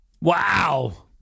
Wow